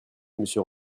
monsieur